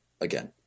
again